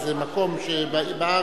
זה מקום בארץ,